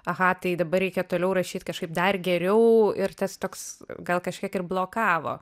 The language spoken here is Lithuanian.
aha tai dabar reikia toliau rašyt kažkaip dar geriau ir tas toks gal kažkiek ir blokavo